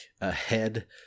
ahead